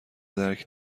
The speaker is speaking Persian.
درک